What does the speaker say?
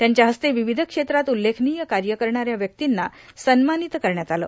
त्यांच्या इस्ते विविध क्षेत्रात उल्लेखनीय कार्य करणाऱ्या व्यक्तींना सन्मानित करण्यात आलं